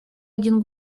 один